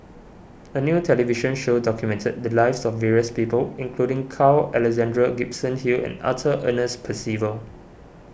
a new television show documented the lives of various people including Carl Alexander Gibson Hill and Arthur Ernest Percival